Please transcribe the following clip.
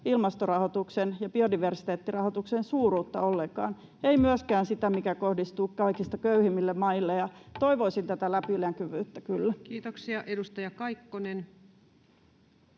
ilmastorahoituksen ja biodiversiteettirahoituksen suuruutta ollenkaan, ei myöskään sitä, mikä kohdistuu kaikista köyhimmille maille, ja toivoisin tätä läpinäkyvyyttä kyllä. [Speech